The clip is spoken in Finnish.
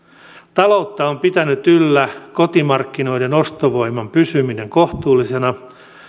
taloutta on pitänyt yllä kotimarkkinoiden ostovoiman pysyminen kohtuullisena